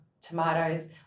tomatoes